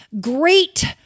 great